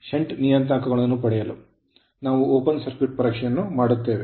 shunt ನಿಯತಾಂಕಗಳನ್ನು ಪಡೆಯಲು ನಾವು open ಮುಕ್ತ ಸರ್ಕ್ಯೂಟ್ ಪರೀಕ್ಷೆಯನ್ನು ಮಾಡುತ್ತೇವೆ